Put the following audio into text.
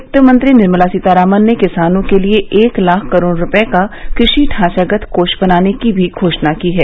वित्तमंत्री निर्मला सीतारामन ने किसानों के लिए एक लाख करोड रूपये का कृषि ढांचागत कोष बनाने की भी घोषणा की है